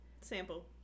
Sample